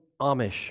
Amish